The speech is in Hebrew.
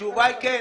התשובה היא כן.